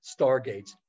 stargates